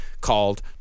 called